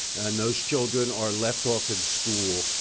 and those children are left off in school.